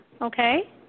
okay